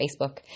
Facebook